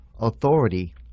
authority